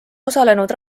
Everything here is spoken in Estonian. osalenud